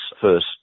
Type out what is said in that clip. first